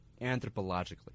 anthropologically